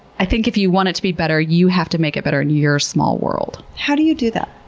i think if you want it to be better, you have to make it better in your small world. how do you do that?